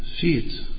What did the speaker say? feet